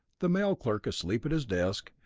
the mail clerk asleep at his desk,